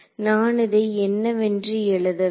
நான் இதை என்னவென்று எழுத வேண்டும்